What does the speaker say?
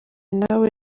nawe